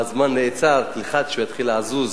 והזמן נעצר, תלחץ שהוא יתחיל לזוז